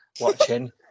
watching